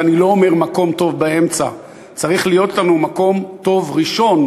ואני לא אומר "מקום טוב באמצע"; צריך להיות לנו מקום טוב ראשון,